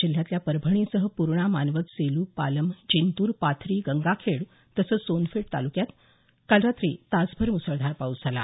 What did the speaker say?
जिल्ह्यातल्या परभणीसह पूर्णा मानवत सेलू पालम जिंतूर पाथरी गंगाखेड तसंच सोनपेठ ताल्क्यात काल रात्री तासभर मुसळधार पाऊस झाला